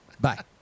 Bye